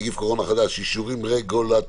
נגיף הקורונה החדש) (אישורים רגולטוריים)